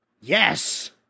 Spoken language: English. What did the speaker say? Yes